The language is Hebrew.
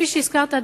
כפי שהזכרת,